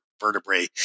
vertebrae